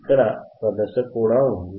ఇక్కడ ఒక దశ కూడా ఉంది